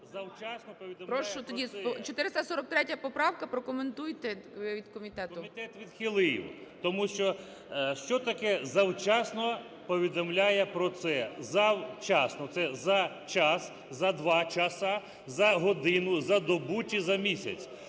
Прошу тоді, 443 поправка, прокоментуйте від комітету. КУПРІЄНКО О.В. Комітет відхилив, тому що, що таке "завчасно повідомляє про це". Завчасно – це за час, за два часа, за годину, за добу чи за місяць?